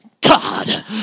God